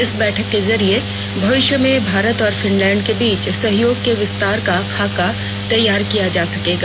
इस बैठक के जरिए भविष्य में भारत और फिनलैंड के बीच सहयोग के विस्तार का खाका तैयार किया जा सकेगा